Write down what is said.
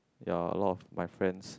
ya a lot of my friends